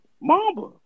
Mamba